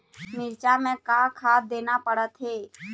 मिरचा मे का खाद देना पड़थे?